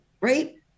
Right